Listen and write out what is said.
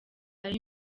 ari